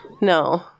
No